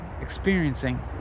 experiencing